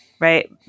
Right